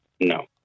no